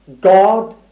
God